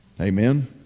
Amen